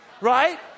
right